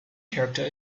character